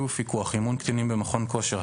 ופיקוח) (אימון קטינים במכון כושר),